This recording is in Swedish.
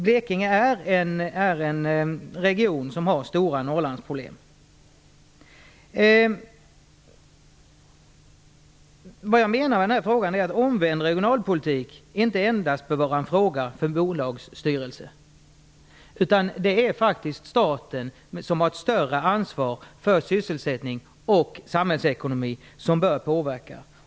Blekinge är en region som har stora Norrlandsproblem. Jag menar att en omvänd regionalpolitik inte endast bör vara en fråga för bolagsstyrelser. Staten har faktiskt ett större ansvar för sysselsättning och samhällsekonomi och bör därför påverka.